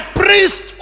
priest